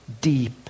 deep